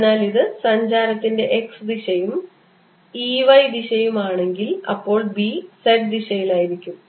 അതിനാൽ ഇത് സഞ്ചാരത്തിന്റെ x ദിശയും E y ദിശയും ആണെങ്കിൽ അപ്പോൾ B z ദിശയിലായിരിക്കും